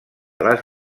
les